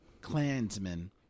Klansmen